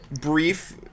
brief